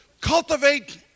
cultivate